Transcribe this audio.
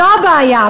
זו הבעיה.